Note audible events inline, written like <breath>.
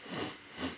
<breath>